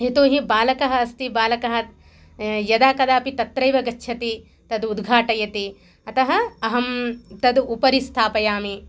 यतो हि बालकः अस्ति बालकः यदा कदापि तत्रैव गच्छति तद् उद्घाटयति अतः अहं तद् उपरि स्थापयामि